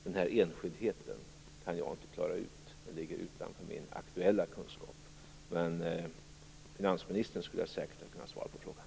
Den här enskildheten kan jag inte klara ut, då den ligger utanför min aktuella kunskap. Men finansministern skulle säkert ha kunnat svara på frågan.